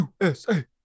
USA